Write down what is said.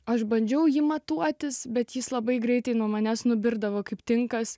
aš bandžiau jį matuotis bet jis labai greitai nuo manęs nubirdavo kaip tinkas